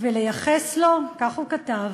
ולייחס לו, כך הוא כתב,